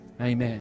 Amen